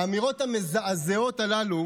האמירות המזעזעות הללו